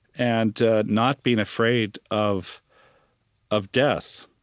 and not being afraid of of death.